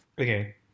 okay